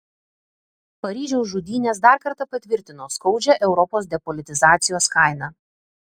paryžiaus žudynės dar kartą patvirtino skaudžią europos depolitizacijos kainą